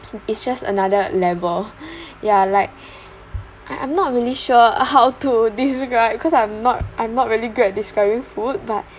it's just another level ya like I'm not really sure how to describe cause I'm not I'm not really good at describing food but